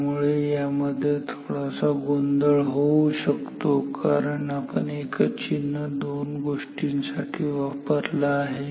त्यामुळे यामध्ये थोडासा गोंधळ होऊ शकतो कारण आपण एकच चिन्ह दोन गोष्टींसाठी वापरला आहे